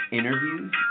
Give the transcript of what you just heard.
interviews